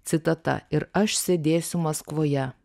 citata ir aš sėdėsiu maskvoje